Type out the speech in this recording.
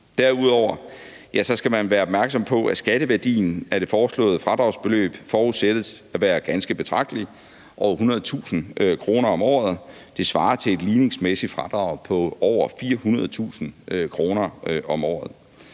Derudover skal man være opmærksom på, at skatteværdien af det foreslåede fradragsbeløb forudsættes at være ganske betragtelig, altså over 100.000 kr. om året. Det svarer til et ligningsmæssigt fradrag på over 400.000 kr. om året.